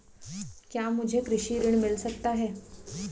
क्या मुझे कृषि ऋण मिल सकता है?